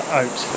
out